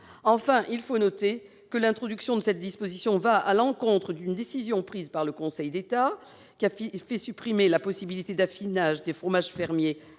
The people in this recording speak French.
Enfin, il faut le noter, l'introduction d'une telle disposition va à l'encontre d'une décision du Conseil d'État, qui a fait supprimer la possibilité d'affinage des fromages fermiers